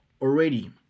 already